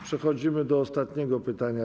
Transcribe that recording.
Przechodzimy do ostatniego pytania.